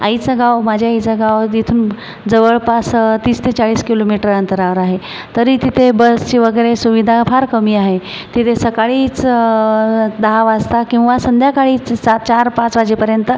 आईचं गाव माझ्या आईचं गाव तिथून जवळपास तीस ते चाळीस किलोमीटर अंतरावर आहे तरी तिथे बसची वगैरे सुविधा फार कमी आहे तिथे सकाळचं दहा वाजता किंवा संध्याकाळीच सात चारपाच वाजेपर्यंत